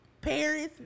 Paris